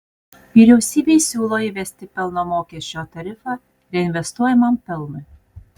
vyriausybei siūlo įvesti pelno mokesčio tarifą reinvestuojamam pelnui